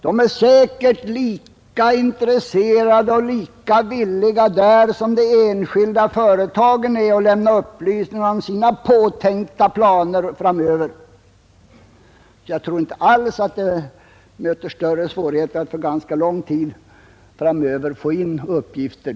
Dessa är säkerligen lika intresserade och lika villiga som de enskilda företagen att lämna upplysning om sina planer. Det möter säkerligen inga större svårigheter att för ganska lång tid framöver få in sådana uppgifter.